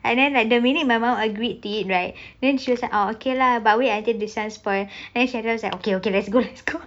and then like the minute my mum agreed did right then she was okay lah but wait this one spoil then seh was like okay okay let's go let's go